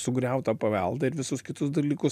sugriautą paveldą ir visus kitus dalykus